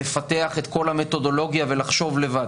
לא יצטרכו לפתח את כל המתודולוגיה ולחשוב לבד.